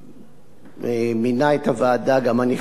מינה את הוועדה, גם אני חתמתי על זה